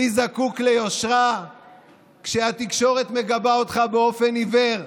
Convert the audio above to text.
מי זקוק ליושרה כשהתקשורת מגבה אותך באופן עיוור?